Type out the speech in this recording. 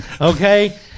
Okay